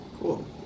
Cool